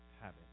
habit